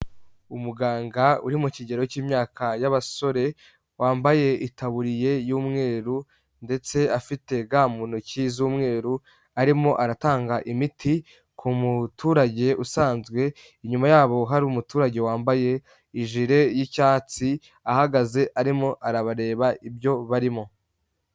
Umuganga uri mu kigero cy'imyaka y'abasore, wambaye itaburiya y'umweru ndetse afite gant mu ntoki z'umweru, arimo aratanga imiti ku muturage usanzwe, inyuma yabo hari umuturage wambaye ijule y'icyatsi, ahagaze arimo arabareba ibyo barimo.